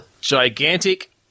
Gigantic